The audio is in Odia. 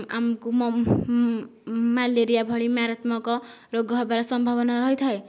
ଆମକୁ ମ୍ୟାଲେରିଆ ଭଳି ମାରାତ୍ମକ ରୋଗ ହେବାର ସମ୍ଭାବନା ରହିଥାଏ